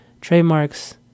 Trademark's